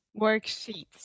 Worksheets